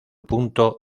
punto